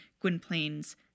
Gwynplaine's